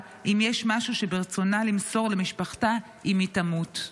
אם יש משהו שברצונה למסור למשפחתה אם היא תמות.